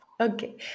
Okay